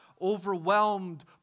overwhelmed